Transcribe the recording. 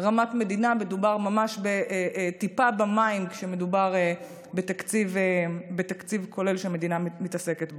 ברמת מדינה מדובר ממש בטיפה במים כשמדובר בתקציב כולל שמדינה מתעסקת בו.